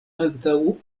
antaŭ